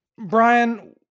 Brian